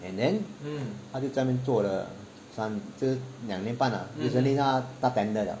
and then 她在那边做了三其实两年半 lah recently 她 tender liao